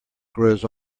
grows